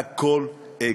הכול אגו.